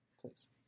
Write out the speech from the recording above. please